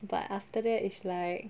but after that it's like